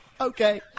Okay